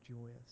joyous